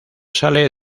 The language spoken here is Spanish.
sale